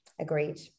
agreed